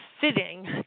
fitting